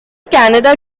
canada